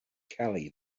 kelly